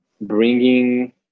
bringing